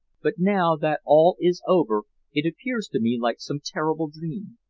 but now that all is over it appears to me like some terrible dream.